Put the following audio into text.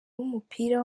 w’umupira